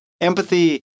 Empathy